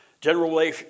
General